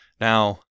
Now